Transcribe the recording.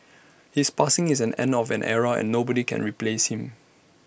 his passing is an end of an era and nobody can replace him